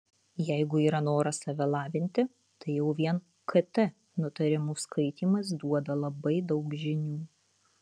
jeigu yra noras save lavinti tai jau vien kt nutarimų skaitymas duoda labai daug žinių